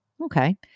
Okay